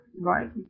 right